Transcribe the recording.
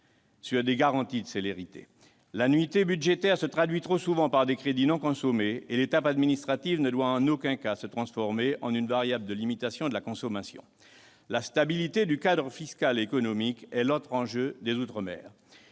des démarches ? L'annualité budgétaire se traduit trop souvent par des crédits non consommés et l'étape administrative ne doit en aucun cas se transformer en une variable de limitation de la consommation. La stabilité du cadre fiscal et économique est l'autre enjeu pour les outre-mer.